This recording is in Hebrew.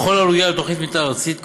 בכל הנוגע לתוכנית מתאר ארצית,